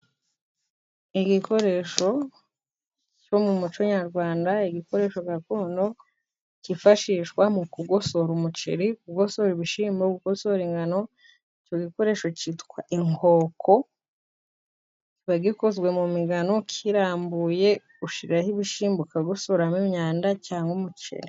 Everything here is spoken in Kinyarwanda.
Igikoresho cyo mu muco Nyarwanda, igikoresho gakondo, kifashishwa mu kugosora umuceri, kugosora ibishyimbo, kugosora ingano, icyo gikoresho cyitwa inkoko, kiba gikozwe mu migano, kirambuye, ushyiraho ibishyimbo ukagosoramo imyanda, cyangwa umuceri.